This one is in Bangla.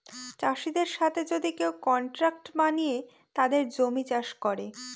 চাষীদের সাথে যদি কেউ কন্ট্রাক্ট বানিয়ে তাদের জমি চাষ করে